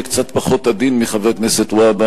אהיה קצת פחות עדין מחבר הכנסת והבה,